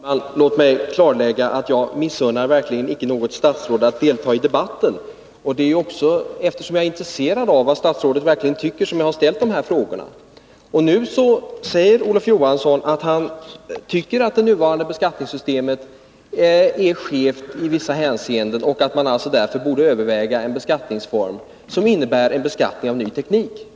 Herr talman! Låt mig klarlägga att jag verkligen inte missunnar något statsråd att delta i debatten. Det är ju för att jag är intresserad av vad statsrådet verkligen tycker som jag har ställt de här frågorna. Nu säger Olof Johansson att han tycker att det nuvarande beskattningssystemet är skevt i vissa hänseenden och att man därför borde överväga en beskattningsform som innebär en beskattning av ny teknik.